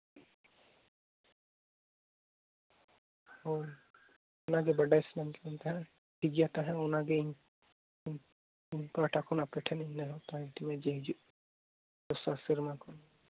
ᱦᱳᱭ ᱚᱱᱟ ᱜᱮ ᱵᱟᱰᱟᱭ ᱥᱟᱱᱟᱧ ᱠᱟᱱ ᱛᱟᱦᱮᱱᱟ ᱴᱷᱤᱠ ᱜᱮᱭᱟ ᱛᱟᱦᱞᱮ ᱚᱱᱟᱜᱤᱧ ᱤᱧ ᱯᱟᱦᱴᱟ ᱠᱷᱚᱱ ᱟᱯᱮ ᱴᱷᱮᱱ ᱱᱮᱦᱚᱨ ᱛᱟᱦᱮᱸᱭᱮᱱ ᱛᱤᱧᱟᱹ ᱡᱮ ᱦᱤᱡᱩᱜ ᱫᱚᱥᱟᱨ ᱨᱥᱮᱨᱢᱟ ᱠᱷᱚᱱ